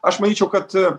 aš manyčiau kad